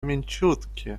mięciutkie